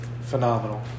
phenomenal